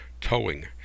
Towing